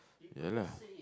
ya lah